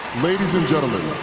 ladies and gentlemen,